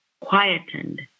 quietened